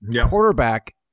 Quarterback